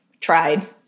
tried